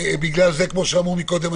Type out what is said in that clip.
כמו שאמרו קודם,